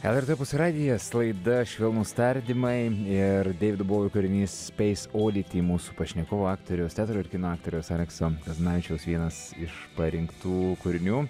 lrt opus radijas laida švelnūs tardymai ir deivido bouvio kūrinys speis odity mūsų pašnekovo aktoriaus teatro ir kino aktoriaus alekso kazanavičiaus vienas iš parinktų kūrinių